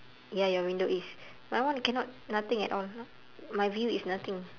ya your window is my one cannot nothing at all my view is nothing